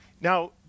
Now